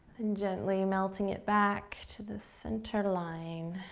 and gently melting it back to the center line,